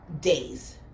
days